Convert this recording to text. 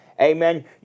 amen